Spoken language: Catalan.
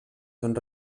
són